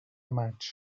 maig